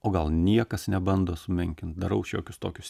o gal niekas nebando sumenkint darau šiokius tokius